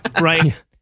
right